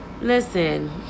Listen